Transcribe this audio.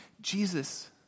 Jesus